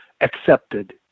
accepted